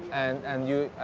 and, and you.